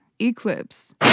Eclipse